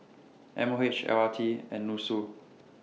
M O H L R T and Nussu